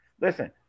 Listen